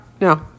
no